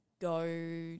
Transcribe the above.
go